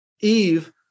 Eve